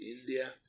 India